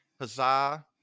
huzzah